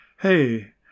Hey